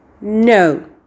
No